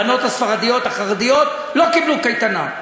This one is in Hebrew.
הבנות הספרדיות החרדיות לא קיבלו קייטנה,